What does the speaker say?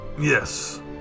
Yes